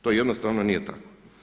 To jednostavno nije tako.